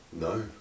No